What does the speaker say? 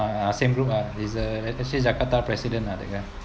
ah same room ah is a actually jakarta president ah that guy